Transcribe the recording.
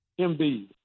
MB